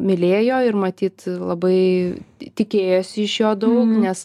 mylėjo ir matyt labai tikėjosi iš jo daug nes